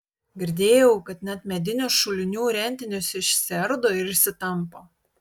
girdėjau kad net medinius šulinių rentinius išsiardo ir išsitampo